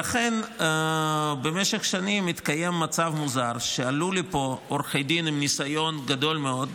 לכן במשך שנים התקיים מצב מוזר שעלו לפה עורכי דין עם ניסיון גדול מאוד,